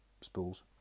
spools